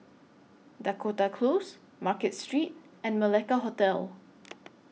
Dakota Close Market Street and Malacca Hotel